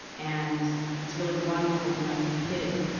and it's really wonderful when i can hit it.